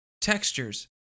textures